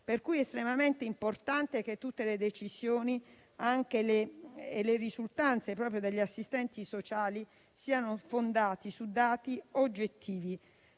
È quindi estremamente importante che tutte le decisioni e le risultanze degli assistenti sociali siano fondate su dati oggettivi.